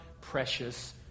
precious